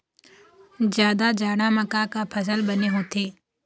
जादा जाड़ा म का का फसल बने होथे?